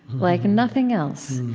like nothing else.